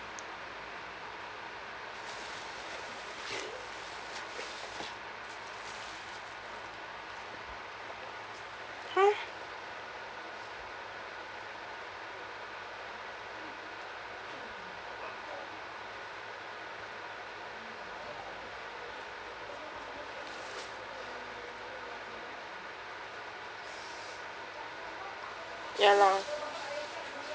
!huh! ya lah